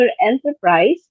enterprise